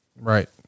Right